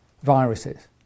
viruses